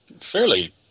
fairly